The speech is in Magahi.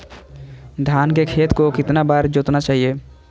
धान के खेत को कितना बार जोतना चाहिए?